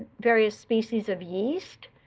various species of yeast,